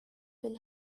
will